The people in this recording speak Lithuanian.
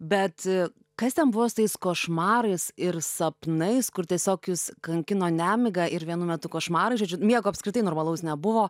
bet kas ten buvo su tais košmarais ir sapnais kur tiesiog jus kankino nemiga ir vienu metu košmarai žodžiu miego apskritai normalaus nebuvo